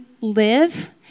live